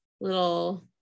little